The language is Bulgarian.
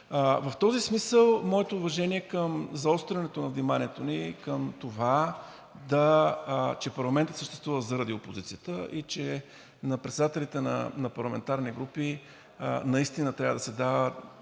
В този смисъл, моите уважения към заострянето на вниманието ми към това, че парламентът съществува заради опозицията, и на председателите на парламентарни групи наистина трябва да се дава